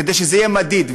כדי שזה יהיה מדיד,